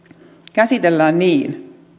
käsitellään niin